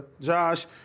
Josh